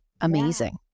amazing